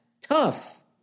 tough